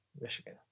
Michigan